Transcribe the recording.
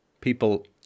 people